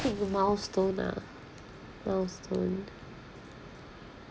hit your milestone lah milestone